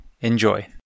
Enjoy